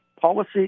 policy